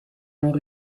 non